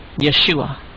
Yeshua